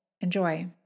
Enjoy